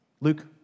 Luke